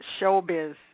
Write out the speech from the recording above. showbiz